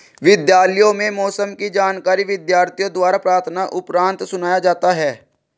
विद्यालयों में मौसम की जानकारी विद्यार्थियों द्वारा प्रार्थना उपरांत सुनाया जाता है